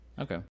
Okay